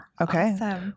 okay